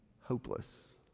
hopeless